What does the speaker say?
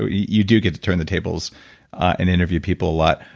ah you do get to turn the tables and interview people a lot.